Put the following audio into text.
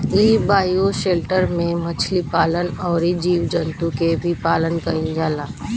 इ बायोशेल्टर में मछली पालन अउरी जीव जंतु के भी पालन कईल जाला